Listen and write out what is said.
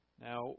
Now